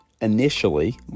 initially